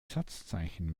satzzeichen